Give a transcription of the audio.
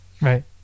Right